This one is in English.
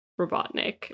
Robotnik